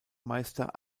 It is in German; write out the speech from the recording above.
meister